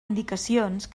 indicacions